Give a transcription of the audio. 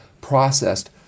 processed